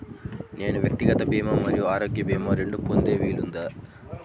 నేను వ్యక్తిగత భీమా మరియు ఆరోగ్య భీమా రెండు పొందే వీలుందా?